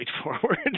straightforward